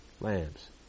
lambs